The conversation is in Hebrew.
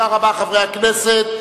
תודה רבה, חברי הכנסת.